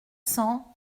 cents